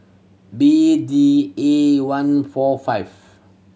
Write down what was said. B D A one four five